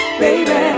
Baby